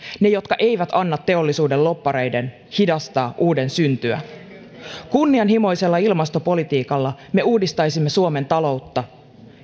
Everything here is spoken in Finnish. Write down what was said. ne jotka eivät anna teollisuuden lobbareiden hidastaa uuden syntyä kunnianhimoisella ilmastopolitiikalla me uudistaisimme suomen taloutta